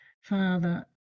Father